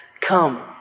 come